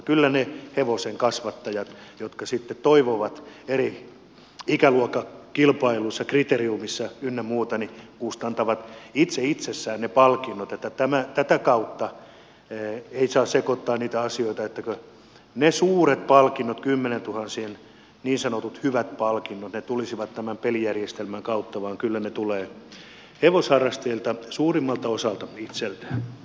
kyllä ne hevosenkasvattajat jotka sitten toimivat eri ikäluokkakilpailuissa kriteriumissa ynnä muuta kustantavat itse itsessään ne palkinnot joten tätä kautta ei saa sekoittaa niitä asioita että ne suuret palkinnot kymmenientuhansien niin sanotut hyvät palkinnot tulisivat tämän pelijärjestelmän kautta vaan kyllä ne tulevat suurimmalta osalta hevosharrastajilta itseltään